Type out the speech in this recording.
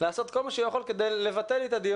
לעשות כל מה שהוא יכול כדי לבטל את הדיון